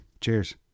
Cheers